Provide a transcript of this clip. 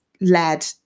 led